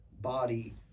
body